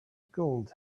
gold